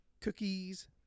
Cookies